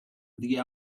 the